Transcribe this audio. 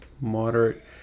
moderate